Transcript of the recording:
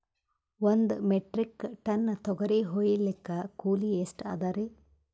ಒಂದ್ metric ton ತೊಗರಿ ಹೋಯಿಲಿಕ್ಕ ಕೂಲಿ ಎಷ್ಟ ಅದರೀ?